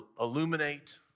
illuminate